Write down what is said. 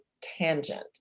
tangent